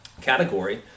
category